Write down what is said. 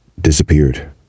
disappeared